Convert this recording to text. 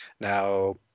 Now